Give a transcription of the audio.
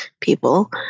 people